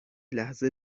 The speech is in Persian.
لحظه